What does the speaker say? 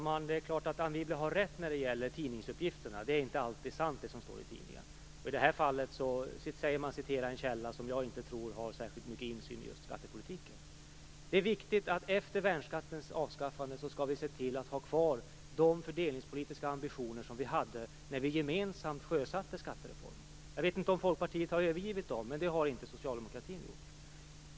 Herr talman! Anne Wibble har rätt när det gäller tidningsuppgifterna - det som står i tidningen är inte alltid sant. I det här fallet åberopas en källa som jag inte tror har särskilt mycket insyn i just skattepolitiken. Det är viktigt att vi efter värnskattens avskaffande skall se till att ha kvar de fördelningspolitiska ambitioner som vi hade när vi gemensamt sjösatte skattereformen. Jag vet inte om Folkpartiet har övergivit dem, men det har inte socialdemokratin gjort.